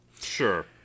Sure